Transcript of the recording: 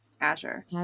Azure